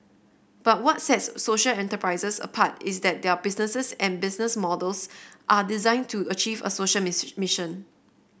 but what sets social enterprises apart is that their businesses and business models are designed to achieve a social miss mission